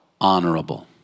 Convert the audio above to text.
honorable